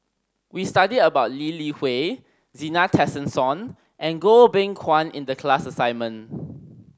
we studied about Lee Li Hui Zena Tessensohn and Goh Beng Kwan In the class assignment